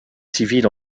civiles